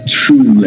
true